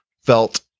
felt